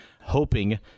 Hoping